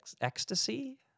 ecstasy